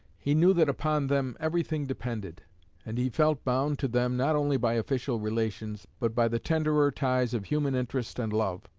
he knew that upon them everything depended and he felt bound to them not only by official relations, but by the tenderer ties of human interest and love.